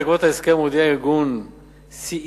בעקבות ההסכם הודיע ארגון CESR,